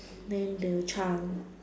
then the child